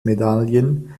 medaillen